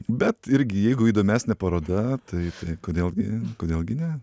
bet irgi jeigu įdomesnė paroda tai tai kodėl gi kodėl gi ne